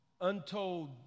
untold